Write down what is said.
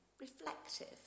reflective